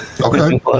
Okay